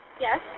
Yes